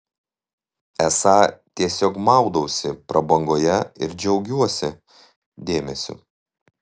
esą tiesiog maudausi prabangoje ir džiaugiuosi dėmesiu